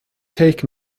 take